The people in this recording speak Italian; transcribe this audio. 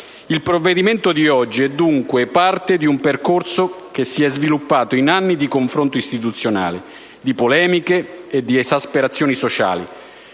Il provvedimento di oggi è dunque parte di un percorso che si è sviluppato in anni di confronto istituzionale, di polemiche e di esasperazioni sociali,